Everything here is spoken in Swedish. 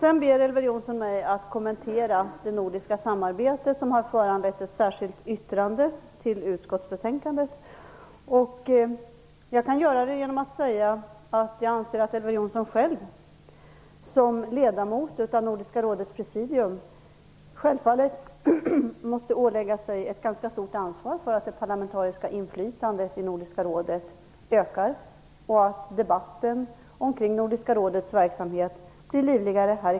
Elver Jonsson bad mig kommentera det nordiska samarbete som har föranlett ett särskilt yttrande till utskottsbetänkandet. Jag kan göra det genom att säga att jag anser att Elver Jonsson själv, som ledamot av Nordiska rådets presidium, självfallet måste ålägga sig ett ganska stort ansvar för att det parlamentariska inflytandet i Nordiska rådet ökar och att debatten här i kammaren omkring Nordiska rådets verksamhet blir livligare.